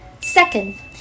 second